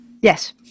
Yes